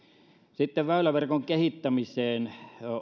sitten myös väyläverkon kehittämiseen